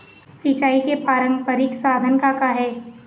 सिचाई के पारंपरिक साधन का का हे?